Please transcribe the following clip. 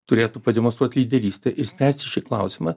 turėtų pademonstruot lyderystę išspręsti šį klausimą